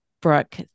Brooke